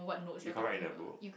you can't write in the book